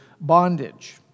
bondage